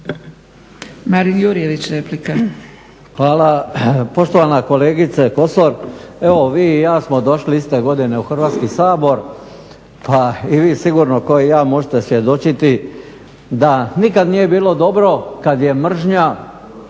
Marin (SDP)** Hvala. Poštovana kolegice Kosor, evo vi i ja smo došli iste godine u Hrvatski sabor pa i vi sigurno kao i ja možete svjedočiti da nikad nije bilo dobro kad je mržnja,